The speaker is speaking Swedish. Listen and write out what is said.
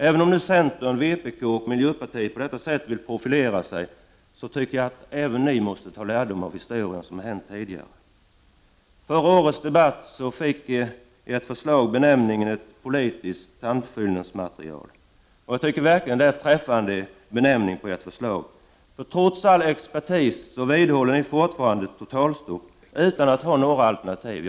Även om centern; vpk och miljöpartiet vill profilera sig på detta sätt, anser jag att även ni måste ta lärdom av historien. I förra årets debatt fick ert för slag benämningen ”ett politiskt tandfyllningsmaterial”. Jag tycker att det verkligen är en träffande benämning på ert förslag. Trots all expertis vidhåller ni fortfarande ett totalstopp utan att ha några alternativ.